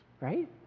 right